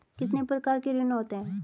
कितने प्रकार के ऋण होते हैं?